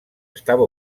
estava